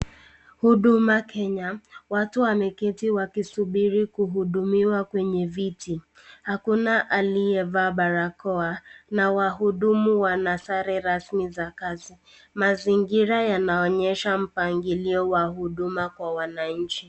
Huduma kenya, watu wameketi wakisubiri kuhudumiwa kwenye viti hakuna aliyevaa barakoa na wahudumu wana sare rasmi za kazi. Mazingira yanaonyesha mpangilio wa huduma kwa wananchi.